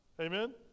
Amen